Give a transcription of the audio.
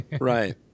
right